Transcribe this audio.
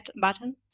button